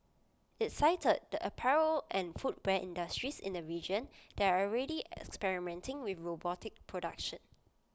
IT cited the apparel and footwear industries in the region that are already experimenting with robotic production